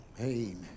amen